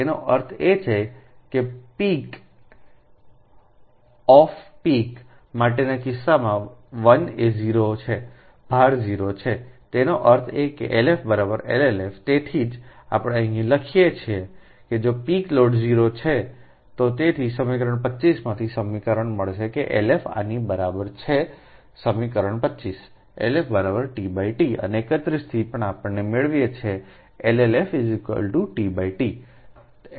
તેનો અર્થ એ છે કે પીક ઓફ ઓફ પીક માટેના કિસ્સામાં 1 એ 0 છે ભાર 0 છેતેનો અર્થ એ કેLF LLFતેથી જ આપણે અહીંલખીએછીએ કે જો પીક લોડ 0 છે તો તેથી સમીકરણ 25 માંથી સમીકરણ મળશે કે LF આની બરાબર છે સમીકરણ 25LF tT અને 31 થી પણ આપણે મેળવીએ છીએ LLF tT